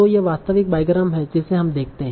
तों यह वास्तविक बाईग्राम है जिसे हम देखते हैं